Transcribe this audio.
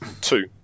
Two